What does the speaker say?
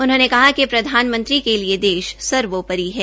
उन्होंने कहा कि प्रधानमंत्री के लिए देश सरवोपरि है